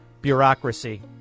Bureaucracy